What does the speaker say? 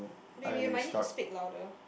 wait we might need to speak louder